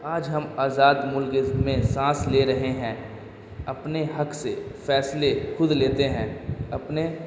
آج ہم آزاد ملک میں سانس لے رہے ہیں اپنے حق سے فیصلے خود لیتے ہیں اپنے